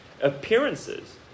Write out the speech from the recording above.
Appearances